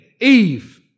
Eve